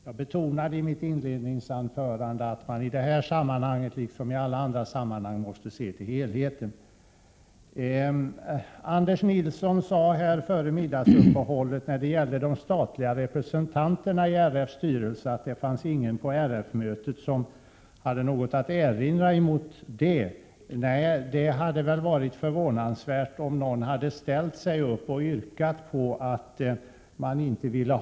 Jag betonade i mitt inledningsanförande att man i det här sammanhanget liksom i alla andra sammanhang måste se till helheten. Anders Nilsson sade före middagsuppehållet att det inte fanns någon på RF-mötet som hade något att erinra mot de statliga representanterna. Nej, det hade väl varit förvånansvärt om någon hade ställt sig upp och yrkat avslag.